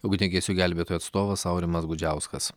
ugniagesių gelbėtojų atstovas aurimas gudžiauskas